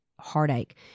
Heartache